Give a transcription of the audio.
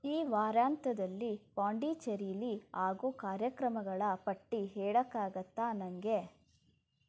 ಈ ವಾರಾಂತ್ಯದಲ್ಲಿ ಪಾಂಡೀಚೆರಿಯಲ್ಲಿ ಆಗೋ ಕಾರ್ಯಕ್ರಮಗಳ ಪಟ್ಟಿ ಹೇಳೋಕ್ಕಾಗತ್ತಾ ನನಗೆ